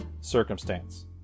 circumstance